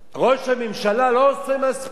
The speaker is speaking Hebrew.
ראש הממשלה לא עושה מספיק,